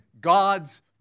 God's